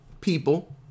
people